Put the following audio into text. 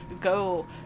go